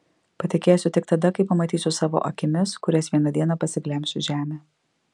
patikėsiu tik tada kai pamatysiu savo akimis kurias vieną dieną pasiglemš žemė